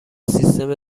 سیستم